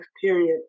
period